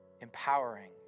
empowering